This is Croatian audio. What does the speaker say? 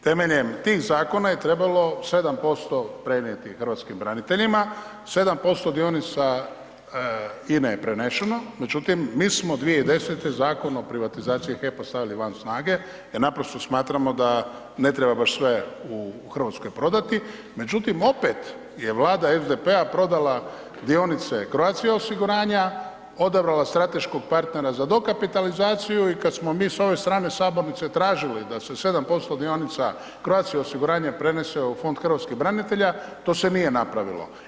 Temeljem tih Zakona je trebalo 7% prenijeti hrvatskim braniteljima, 7% dionica INA-e je prenešeno, međutim mi smo 2010.-te Zakon o privatizaciji HEP-a stavili van snage, jer naprosto smatramo da ne treba baš sve u Hrvatskoj prodati, međutim opet je Vlada SDP-a prodala dionice Croatia osiguranja, odabrala strateškog partnera za dokapitalizaciju i kad smo mi s ove strane Sabornice tražili da se 7% dionica Croatia osiguranja prenese u Fond hrvatskih branitelja, to se nije napravilo.